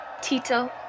Tito